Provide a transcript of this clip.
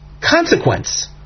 consequence